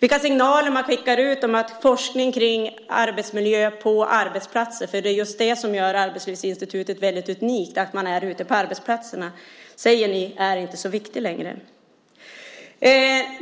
De signaler man skickar ut om forskning om arbetsmiljö på arbetsplatser säger ni inte är så viktiga längre, men det är verksamheten ute på arbetsplatserna som gör Arbetslivsinstitutet så unikt.